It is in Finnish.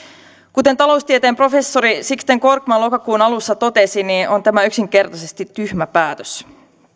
kuten taloustieteen professori sixten korkman lokakuun alussa totesi on tämä yksinkertaisesti tyhmä päätös